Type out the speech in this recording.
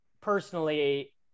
personally